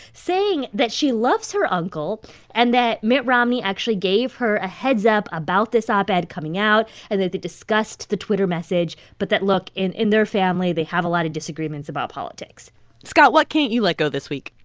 saying that she loves her uncle and that mitt romney actually gave her a heads-up about this ah op-ed coming out and that they discussed the twitter message but that, look. in in their family, they have a lot of disagreements about politics scott, what can't you let go this week?